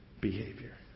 behavior